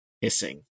hissing